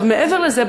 מעבר לזה,